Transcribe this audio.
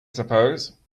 suppose